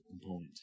component